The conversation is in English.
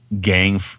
gang